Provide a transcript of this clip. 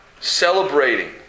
celebrating